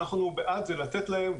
ואנחנו בעד לתת להם.